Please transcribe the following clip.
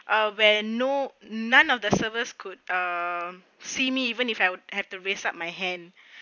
ah where no none of the servers could um see me even if I would have to raise up my hand